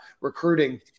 recruiting